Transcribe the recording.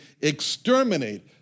exterminate